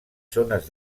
zones